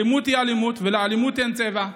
אלימות היא אלימות, ולאלימות אין צבע.